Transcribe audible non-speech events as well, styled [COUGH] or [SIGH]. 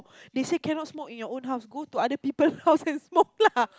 they say cannot smoke in your own house go to other people house and smoke lah [LAUGHS]